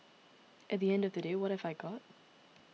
at the end of the day what have I got